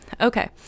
Okay